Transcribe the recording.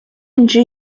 任职